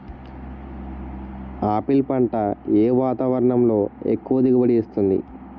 Apple పంట ఏ వాతావరణంలో ఎక్కువ దిగుబడి ఇస్తుంది?